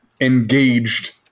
engaged